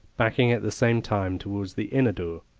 backing at the same time towards the inner door,